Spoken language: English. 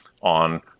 on